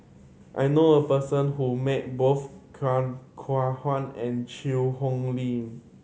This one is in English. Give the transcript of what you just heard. I know a person who met both Khoo Kay Hian and Chew Hock Leong